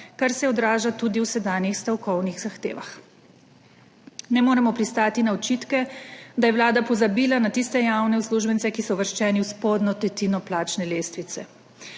kar se odraža tudi v sedanjih stavkovnih zahtevah. Ne moremo pristati na očitke, da je vlada pozabila na tiste javne uslužbence, ki so uvrščeni v spodnjo tretjino plačne lestvice.